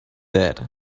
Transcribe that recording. that